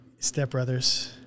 Stepbrothers